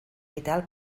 vital